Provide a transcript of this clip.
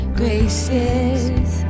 graces